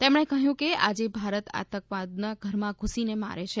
તેમણે કહ્યું કે આજે ભારત આતંકવાદોને ઘરમાં ધુસીને મારે છે